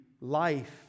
life